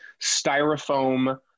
styrofoam